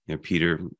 Peter